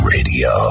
Radio